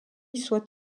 soit